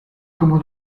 como